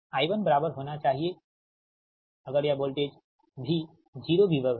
I1बराबर होना चाहिए है अगर यह वोल्टेज V 0 विभव है